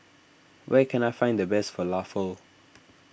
where can I find the best Falafel